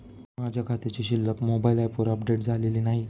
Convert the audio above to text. माझ्या खात्याची शिल्लक मोबाइल ॲपवर अपडेट झालेली नाही